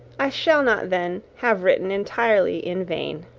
i shall not then have written entirely in vain.